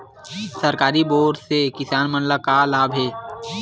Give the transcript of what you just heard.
सरकारी बोर से किसान मन ला का लाभ हे?